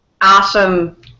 Awesome